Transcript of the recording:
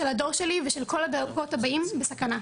של הדור שלי ושל כל הדורות הבאים בסכנה.